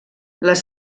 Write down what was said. les